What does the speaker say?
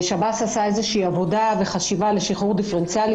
שב"ס עשה איזושהי עבודה וחשיבה לשחרור דיפרנציאלי